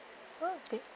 oh okay